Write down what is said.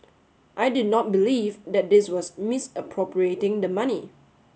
I did not believe that was misappropriating the money